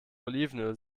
olivenöl